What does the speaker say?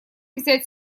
взять